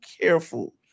careful